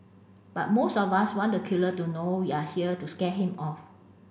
but most of us want the killer to know we are here to scare him off